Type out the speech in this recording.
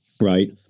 Right